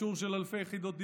אישור של אלפי יחידות דיור?